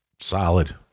Solid